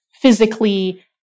physically